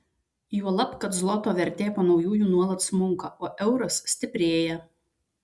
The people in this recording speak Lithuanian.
juolab kad zloto vertė po naujųjų nuolat smunka o euras stiprėja